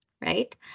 right